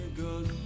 good